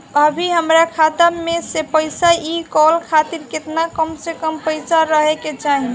अभीहमरा खाता मे से पैसा इ कॉल खातिर केतना कम से कम पैसा रहे के चाही?